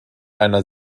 einer